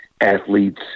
athletes